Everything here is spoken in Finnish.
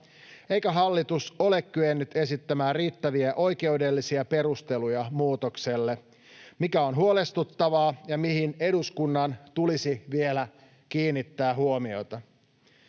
eikä hallitus ole kyennyt esittämään riittäviä oikeudellisia perusteluja muutokselle, mikä on huolestuttavaa ja mihin eduskunnan tulisi vielä kiinnittää huomiota.